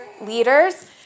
leaders